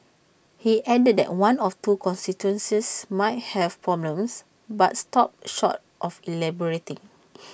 he added that one of two constituencies might have problems but stopped short of elaborating